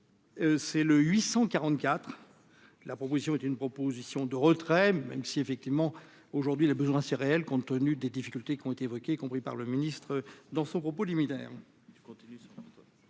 c'est le 844 la proposition est une proposition de retrait, même si, effectivement, aujourd'hui, il a besoin, c'est réel, compte tenu des difficultés qui ont été évoquées, compris par le ministre dans son propos liminaire.